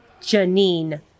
Janine